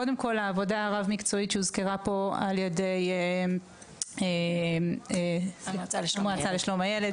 קודם כל העבודה הרב-מקצועית שהוזכרה פה על ידי המועצה לשלום הילד